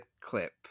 clip